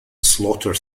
slaughter